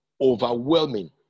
overwhelming